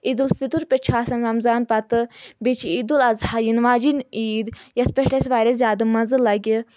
عیٖدالفطر پؠٹھ چھُ آسان رمزان پَتہٕ بیٚیہِ چھِ عید اَضحہہ واجِٮ۪ن عیٖد یَتھ پؠٹھ اَسہِ واریاہ زیادٕ مَزٕ لگہِ